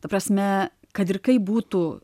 ta prasme kad ir kaip būtų